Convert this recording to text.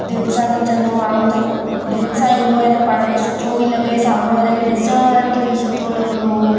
दिलि सां नचंदो माण्हू त दिलि सां ईंदो आहे त पाण खे सुठो बि लॻे साम्हूं वारे खे ॾिसणु वारनि खे बि सुठो लॻंदो हुओ